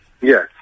Yes